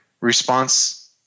response